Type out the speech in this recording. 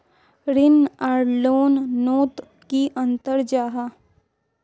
ऋण आर loan note की अंतर जाहा?